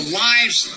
lives